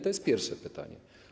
To jest pierwsze pytanie.